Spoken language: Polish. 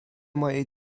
mojej